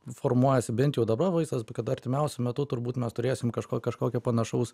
formuojasi bent jau dabar vaizdas kad artimiausiu metu turbūt mes turėsim kažko kažkokio panašaus